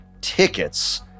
tickets